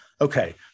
Okay